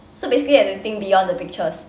so basically you have to think beyond the pictures